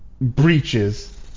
breaches